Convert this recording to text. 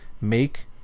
make